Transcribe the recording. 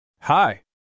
Hi